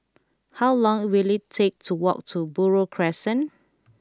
how long will it take to walk to Buroh Crescent